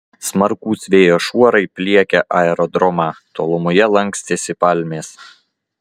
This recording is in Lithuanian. smarkūs vėjo šuorai pliekė aerodromą tolumoje lankstėsi palmės